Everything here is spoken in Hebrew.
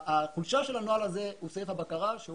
החולשה של הנוהל הזה הוא סעיף הבקרה שהוא